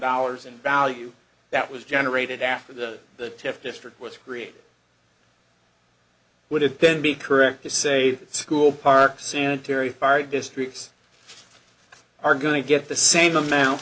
dollars in value that was generated after that the district was created would it then be correct to say that school parks sanitary fire districts are going to get the same amount